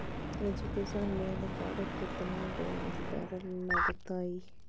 Education loan पर केतना ब्याज दर लगतई?